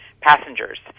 passengers